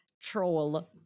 troll